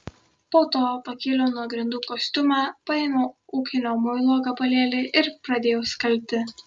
po to pakėliau nuo grindų kostiumą paėmiau ūkinio muilo gabalėlį ir pradėjau skalbti